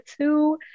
two